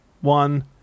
one